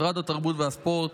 משרד התרבות והספורט,